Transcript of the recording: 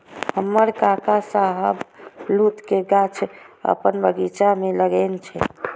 हमर काका शाहबलूत के गाछ अपन बगीचा मे लगेने छै